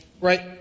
right